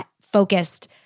focused